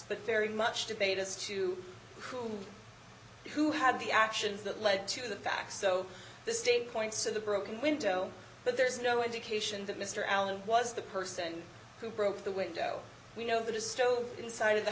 but very much debate as to who who had the actions that led to the facts so the state points to the broken window but there is no indication that mr allen was the person who broke the window we know that is still inside of the